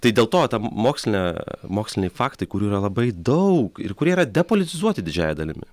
tai dėl to ta moksline moksliniai faktai kurių yra labai daug ir kurie yra depolitizuoti didžiąja dalimi